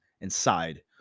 inside